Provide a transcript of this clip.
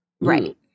Right